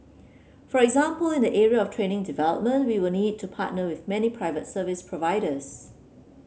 for example in the area of training development we will need to partner with many private service providers